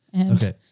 Okay